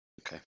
Okay